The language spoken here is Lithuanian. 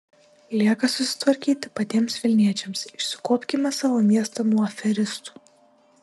lieka susitvarkyti patiems vilniečiams išsikuopkime savo miestą nuo aferistų